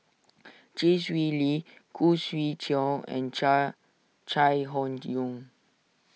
Chee Swee Lee Khoo Swee Chiow and Chai Chai Hon Yoong